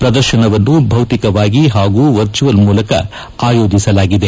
ಪ್ರದರ್ಶನವನ್ನು ಭೌತಿಕವಾಗಿ ಹಾಗೂ ವರ್ಚುವಲ್ ಮೂಲಕ ಆಯೋಜಿಸಲಾಗಿದೆ